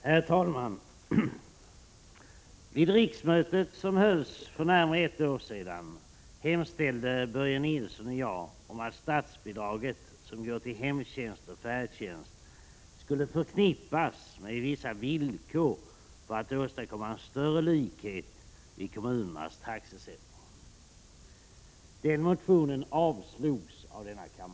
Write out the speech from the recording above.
Herr talman! Vid förra riksmötet hemställde Börje Nilsson och jag i en motion att statsbidraget till hemtjänsten och färdtjänsten skulle förknippas med vissa villkor för att man skulle få en större likhet i kommunernas taxesättning. Motionen avslogs av denna kammare.